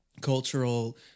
cultural